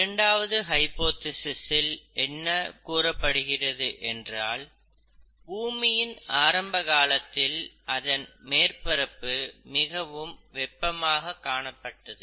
இரண்டாவது ஹைபோதேசிஸ் இல் என்ன கூறப்பட்டிருக்கிறது என்றால் பூமியின் ஆரம்ப காலத்தில் அதன் மேற்பரப்பு மிகவும் வெப்பமாக காணப்பட்டது